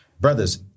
brothers